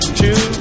two